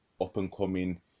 up-and-coming